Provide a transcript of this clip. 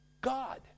God